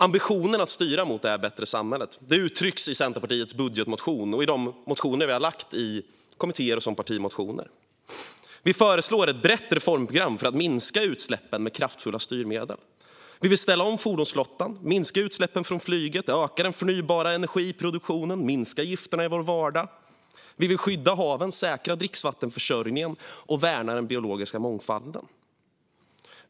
Ambitionen att styra mot detta bättre samhälle uttrycks i Centerpartiets budgetmotion och i de motioner vi har väckt i kommittéer och som partimotioner. Vi föreslår ett brett reformprogram med kraftfulla styrmedel för att minska utsläppen. Vi vill ställa om fordonsflottan, minska utsläppen från flyget, öka den förnybara energiproduktionen och minska gifterna i vår vardag. Vi vill skydda haven, säkra dricksvattenförsörjningen och värna den biologiska mångfalden.